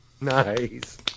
Nice